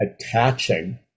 attaching